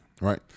right